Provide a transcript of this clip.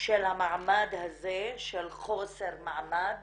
המעמד הזה של חוסר מעמד